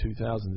2000